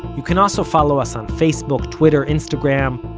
you can also follow us on facebook, twitter, instagram,